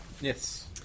Yes